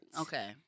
Okay